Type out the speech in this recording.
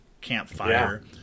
campfire